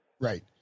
Right